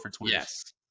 Yes